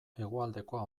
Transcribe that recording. hegoaldekoa